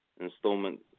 installment